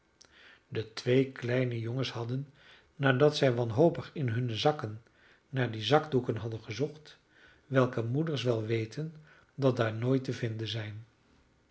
de twee kleine jongens hadden nadat zij wanhopig in hunne zakken naar die zakdoeken hadden gezocht welke moeders wel weten dat daar nooit te vinden zijn